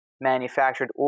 manufactured